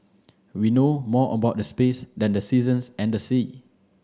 we know more about the space than the seasons and the sea